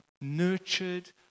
nurtured